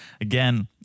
Again